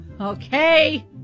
Okay